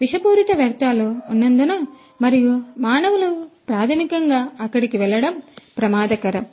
విషపూరిత వ్యర్ధాలు ఉన్నందున మరియు మానవులు ప్రాథమికంగా అక్కడికి వెళ్లడం ప్రమాదకరం